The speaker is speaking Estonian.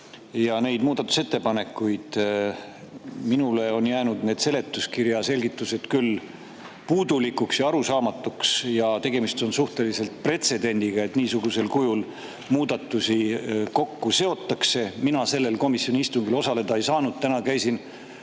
ja neid muudatusettepanekuid. Minule on jäänud need seletuskirja selgitused küll puudulikuks ja arusaamatuks. Tegemist on pretsedendiga, et niisugusel kujul muudatusi kokku seotakse. Mina sellel komisjoni istungil osaleda ei saanud. Täna käisin